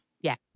Yes